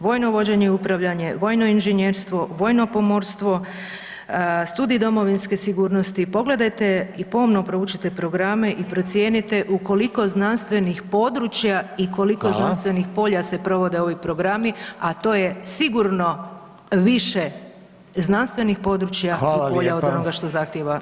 Vojno vođenje i upravljanje, vojno inženjerstvo, vojno pomorstvo, studij domovinske sigurnosti, pogledajte i pomno proučite programe i procijenite u koliko znanstvenih područja i koliko znanstvenih polja [[Upadica: Hvala.]] se provode ovi programi, a to je sigurno više znanstvenih područja [[Upadica: Hvala lijepa.]] i polja od onoga što zahtijeva zakon.